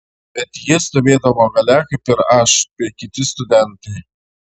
bet ji stovėdavo gale kaip ir aš bei kiti studentai